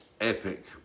epic